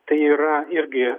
tai yra irgi